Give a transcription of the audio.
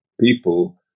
people